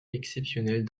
exceptionnelles